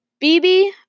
bb